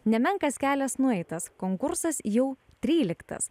nemenkas kelias nueitas konkursas jau tryliktas